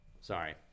Sorry